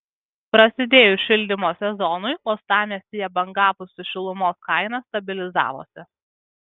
prasidėjus šildymo sezonui uostamiestyje bangavusi šilumos kaina stabilizavosi